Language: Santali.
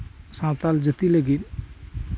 ᱥᱟᱱᱛᱟᱲ ᱡᱟᱹᱛᱤ ᱞᱟᱹᱜᱤᱫ